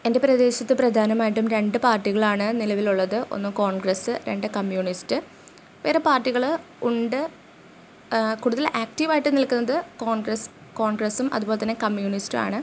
എൻ്റെ പ്രദേശത്ത് പ്രധാനമായിട്ടും രണ്ട് പാർട്ടികളാണ് നിലവിലുള്ളത് ഒന്ന് കോൺഗ്രസ് രണ്ട് കമ്യൂണിസ്റ്റ് വേറെ പാർട്ടികൾ ഉണ്ട് കൂടുതൽ ആക്റ്റീവായിട്ട് നിൽക്കുന്നത് കോൺഗ്രസ് കോൺഗ്രസും അതുപോലെ തന്നെ കമ്യൂണിസ്റ്റും ആണ്